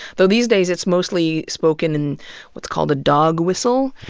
though these days it's mostly spoken in what's called a dog whistle.